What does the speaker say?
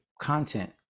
content